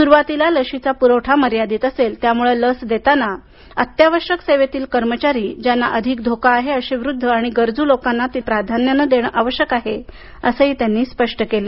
सुरुवातीला लशीचा पुरवठा मर्यादीत असेल त्यामुळं लस देताना अत्यावश्यक सेवेतील कर्मचारी ज्यांना अधिक धोका आहे अशा वृद्ध आणि गरजू लोकांना प्राधान्य देणे आवश्यक आहे असंही त्यांनी स्पष्ट केलं